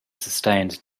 sustained